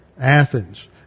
Athens